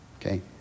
okay